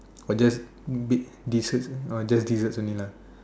or just bit desserts oh just desserts only lah